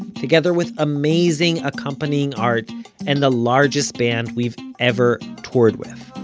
together with amazing accompanying art and the largest band we've ever toured with.